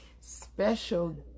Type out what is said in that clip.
special